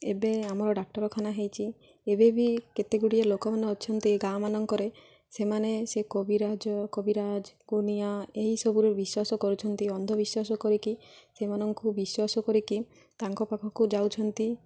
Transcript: ଏବେ ଆମର ଡାକ୍ତରଖାନା ହେଇଛି ଏବେ ବି କେତେ ଗୁଡ଼ିଏ ଲୋକମାନେ ଅଛନ୍ତି ଗାଁମାନଙ୍କରେ ସେମାନେ ସେ କବିରାଜ କବିରାଜ ଗୁଣିଆ ଏହିସବୁରୁ ବିଶ୍ୱାସ କରୁଛନ୍ତି ଅନ୍ଧବିଶ୍ୱାସ କରିକି ସେମାନଙ୍କୁ ବିଶ୍ୱାସ କରିକି ତାଙ୍କ ପାଖକୁ ଯାଉଛନ୍ତି